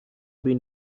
been